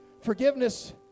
forgiveness